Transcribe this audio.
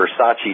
Versace